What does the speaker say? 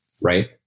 Right